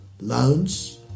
Loans